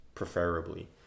preferably